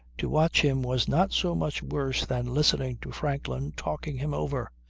to watch him was not so much worse than listening to franklin talking him over.